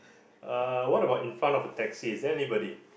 uh what about in front of the taxi is there anybody